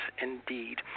indeed